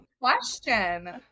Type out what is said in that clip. question